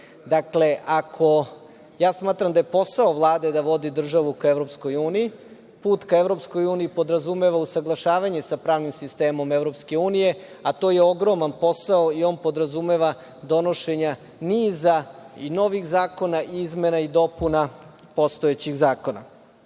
Dakle, ako ja smatram da je posao Vlade da vodi državu ka EU, put ka EU podrazumeva usaglašavanje sa pravnim sistemom EU, a to je ogroman posao i on podrazumeva donošenje niza i novih zakona, izmena i dopuna postojećih zakona. Takođe,